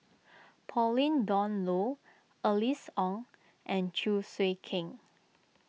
Pauline Dawn Loh Alice Ong and Chew Swee Kee